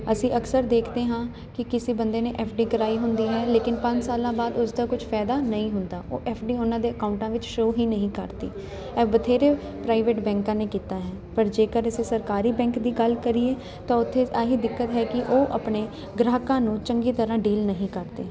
ਅਸੀਂ ਅਕਸਰ ਦੇਖਦੇ ਹਾਂ ਕਿ ਕਿਸੇ ਬੰਦੇ ਨੇ ਐਫ ਡੀ ਕਰਵਾਈ ਹੁੰਦੀ ਹੈ ਲੇਕਿਨ ਪੰਜ ਸਾਲਾਂ ਬਾਅਦ ਉਸ ਦਾ ਕੁਛ ਫ਼ਾਇਦਾ ਨਹੀਂ ਹੁੰਦਾ ਉਹ ਐਫ ਡੀ ਉਹਨਾਂ ਦੇ ਅਕਾਊਂਟਾਂ ਵਿੱਚ ਸ਼ੋ ਹੀ ਨਹੀਂ ਕਰਦੀ ਹੈ ਬਥੇਰੇ ਪ੍ਰਾਈਵੇਟ ਬੈਂਕਾਂ ਨੇ ਕੀਤਾ ਹੈ ਪਰ ਜੇਕਰ ਕਿਸੇ ਸਰਕਾਰੀ ਬੈਂਕ ਦੀ ਗੱਲ ਕਰੀਏ ਤਾਂ ਉੱਥੇ ਆ ਹੀ ਦਿੱਕਤ ਹੈ ਕਿ ਉਹ ਆਪਣੇ ਗ੍ਰਾਹਕਾਂ ਨੂੰ ਚੰਗੀ ਤਰ੍ਹਾਂ ਡੀਲ ਨਹੀਂ ਕਰਦੇ